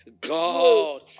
God